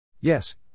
Yes